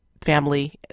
family